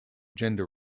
gender